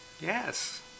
Yes